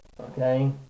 okay